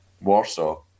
Warsaw